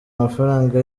amafaranga